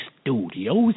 Studios